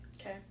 Okay